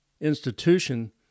institution